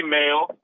male